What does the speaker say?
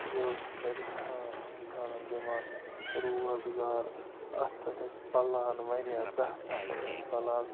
یہِ ٲس واریاہن اِنسانَن دِوان روزگار اَتھ پٮ۪ٹھ ٲسۍ پَلان واریاہ دَہ نَفر ٲسۍ پَلان